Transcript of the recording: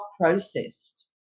processed